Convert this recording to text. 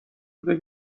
شده